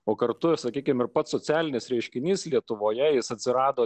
o kartu sakykime ir pats socialinis reiškinys lietuvoje jis atsirado